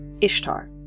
Ishtar